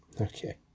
okay